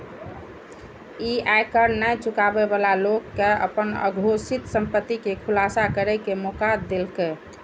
ई आयकर नै चुकाबै बला लोक कें अपन अघोषित संपत्ति के खुलासा करै के मौका देलकै